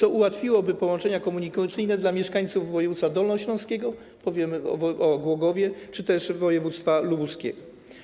To ułatwiłoby połączenia komunikacyjne dla mieszkańców województwa dolnośląskiego, powiem np. o Głogowie, czy też województwa lubuskiego.